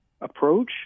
approach